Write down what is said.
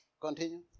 Continue